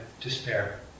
despair